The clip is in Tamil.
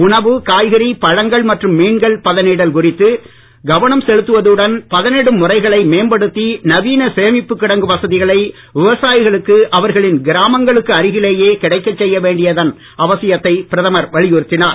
உணவு காய்கறி பழங்கள் மற்றும் மீன்கள் பதனிடல் குறித்து கவனம் செலுத்துவதுடன் பதனிடும் முறைகளை மேம்படுத்தி நவீன சேமிப்புக் கிடங்கு வசதிகளை விவசாயிகளுக்கு அவர்களின் கிராமங்களுக்கு அருகிலேயே கிடைக்கச் செய்ய வேண்டியதன் அவசியத்தை பிரதமர் வலியுறுத்தினார்